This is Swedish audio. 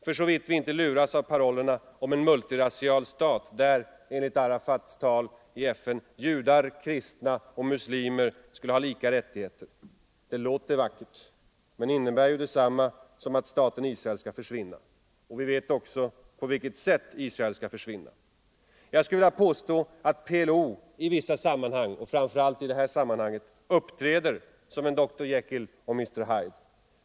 För såvitt vi inte luras av parollerna om en multirasial stat där, enligt Arafats tal i FN, judar, kristna och muslimer skulle ha lika rättigheter. Det låter vackert, men innebär ju detsamma som att staten Israel skall försvinna. Och vi vet också på vilket sätt Israel skall försvinna. Jag skulle vilja påstå att PLO i vissa sammanhang och framför allt i detta uppträda som en Dr Jekyll och Mr Hyde.